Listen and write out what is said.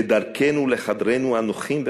בדרכנו לחדרינו הנוחים והמרווחים,